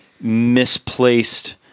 misplaced